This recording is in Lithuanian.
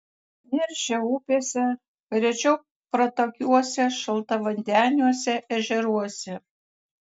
neršia upėse rečiau pratakiuose šaltavandeniuose ežeruose